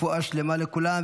רפואה שלמה לכולם.